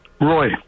Roy